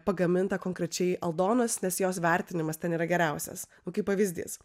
pagamintą konkrečiai aldonos nes jos vertinimas ten yra geriausias nu kaip pavyzdys